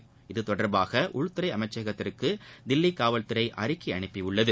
இந்த இதுதொடர்பாக உள்துறை அமைச்சகத்திற்கு தில்லி காவல்துறை அறிக்கையை அனுப்பியுள்ளது